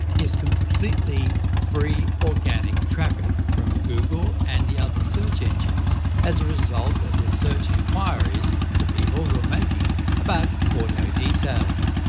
is completely free, organic traffic from google and the other search engines as a result of the search inquiries the people who are making about auto detailing.